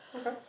Okay